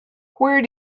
where